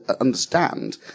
understand